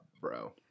bro